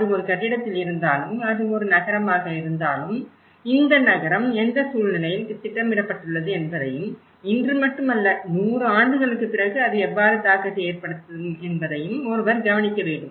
அது ஒரு கட்டிடத்தில் இருந்தாலும் அது ஒரு நகரமாக இருந்தாலும் இந்த நகரம் எந்த சூழ்நிலையில் திட்டமிடப்பட்டுள்ளது என்பதையும் இன்று மட்டுமல்ல நூறு ஆண்டுகளுக்குப் பிறகு அது எவ்வாறு தாக்கத்தை ஏற்படுத்தும் என்பதையும் ஒருவர் கவனிக்க வேண்டும்